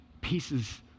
pieces